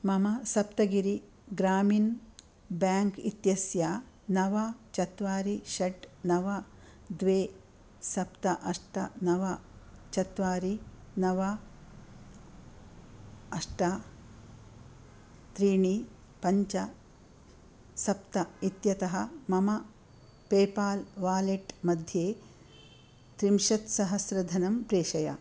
मम सप्तगिरि ग्रामिण् बेङ्क् इत्यस्य नव चत्वारि षट् नव द्वे सप्त अष्ट नव चत्वारि नव अष्ट त्रीणि पञ्च सप्त इत्यतः मम पेपाल् वालेट् मध्ये त्रिंशत्सहस्र धनं प्रेषय